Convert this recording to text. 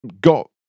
got